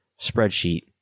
spreadsheet